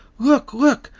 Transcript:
look, look!